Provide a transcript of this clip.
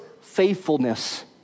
faithfulness